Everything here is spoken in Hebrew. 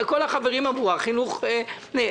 כי כל החברים אמרו על החינוך המיוחד.